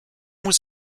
was